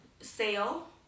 sale